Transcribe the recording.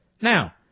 Now